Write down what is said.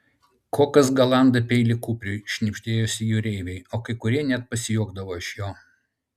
kokas galanda peilį kupriui šnibždėjosi jūreiviai o kai kurie net pasijuokdavo iš jo